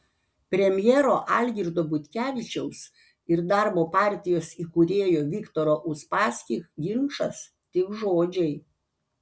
premjero algirdo butkevičiaus ir darbo partijos įkūrėjo viktoro uspaskich ginčas tik žodžiai